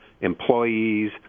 employees